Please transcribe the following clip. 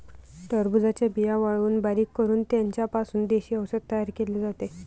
टरबूजाच्या बिया वाळवून बारीक करून त्यांचा पासून देशी औषध तयार केले जाते